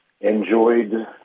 enjoyed